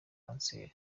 kanseri